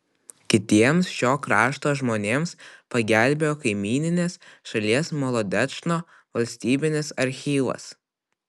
kitiems šio krašto žmonėms pagelbėjo kaimyninės šalies molodečno valstybinis archyvas